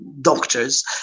doctors